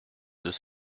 deux